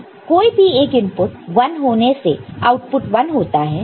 OR के लिए कोई भी एक इनपुट 1 होने से आउटपुट 1 होता है